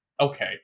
okay